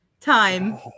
time